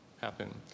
happen